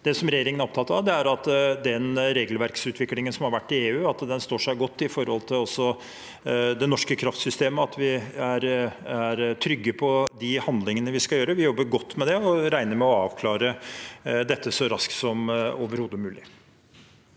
Det regjeringen er opptatt av, er at den regelverksutviklingen som har vært i EU, står seg godt også når det gjelder det norske kraftsystemet, og at vi kan være trygge på de handlingene vi skal gjøre. Vi jobber godt med det og regner med å avklare dette så raskt som overhodet mulig.